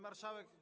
marszałek.